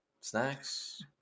snacks